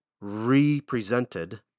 represented